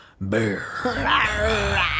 Bear